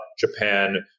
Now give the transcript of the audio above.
Japan